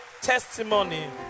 testimony